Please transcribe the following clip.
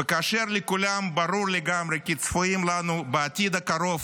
וכאשר לכולם ברור לגמרי כי צפויים לנו בעתיד הקרוב